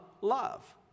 love